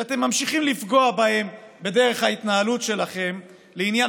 שאתם ממשיכים לפגוע בהם בדרך ההתנהלות שלכם לעניין